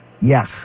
Yes